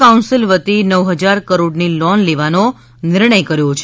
council વતી નવ હજાર કરોડની લોન લેવાનો નિર્ણય કર્યો છે